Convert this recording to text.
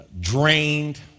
drained